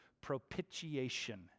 propitiation